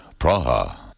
Praha